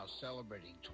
celebrating